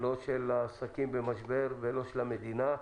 לא של עסקים במשבר ולא של המדינה.